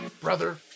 Brother